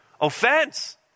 Offense